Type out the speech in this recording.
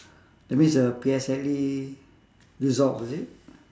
that means the P_S_L_E result is it